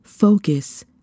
focus